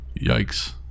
Yikes